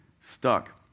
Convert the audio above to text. stuck